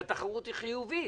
שהיא חיובית,